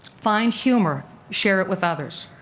find humor, share it with others.